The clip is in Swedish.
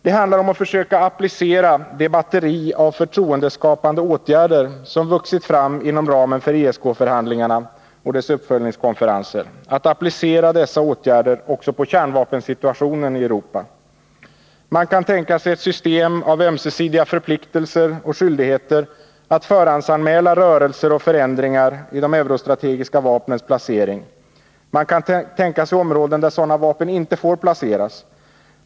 Det handlar om att försöka applicera det batteri av förtroendeskapande åtgärder som vuxit fram inom ramen för ESK-förhandlingarna och deras uppföljningskonferenser på kärnvapensituationen i Europa. Man kan tänka sig ett system av ömsesidiga förpliktelser och skyldigheter att förhandsanmäla rörelser och förändringar i de eurostrategiska vapnens placering. Man kan tänka sig områden där sådana vapen inte får placeras.